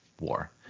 war